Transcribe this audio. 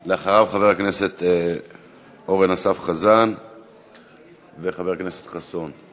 ואחריו, חבר הכנסת אורן אסף חזן וחבר הכנסת חסון,